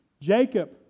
Jacob